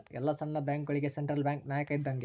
ಎಲ್ಲ ಸಣ್ಣ ಬ್ಯಾಂಕ್ಗಳುಗೆ ಸೆಂಟ್ರಲ್ ಬ್ಯಾಂಕ್ ನಾಯಕ ಇದ್ದಂಗೆ